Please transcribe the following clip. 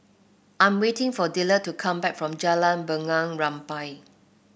I'm waiting for Dillard to come back from Jalan Bunga Rampai